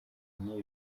nk’iyo